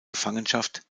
gefangenschaft